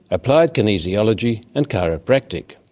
applied kinesiology and chiropractic.